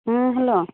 ହଁ ହ୍ୟାଲୋ